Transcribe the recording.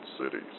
cities